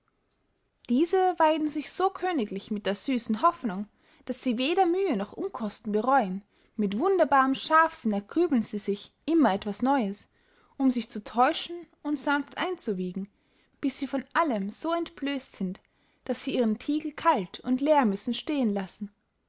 diese weiden sich so königlich mit der süssen hoffnung daß sie weder mühe noch unkosten bereuen mit wunderbarem scharfsinn ergrübeln sie sich immer etwas neues um sich zu täuschen und sanft einzuwiegen bis sie von allem so entblöst sind daß sie ihren tigel kalt und leer müssen stehen lassen